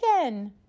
again